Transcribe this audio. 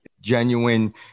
genuine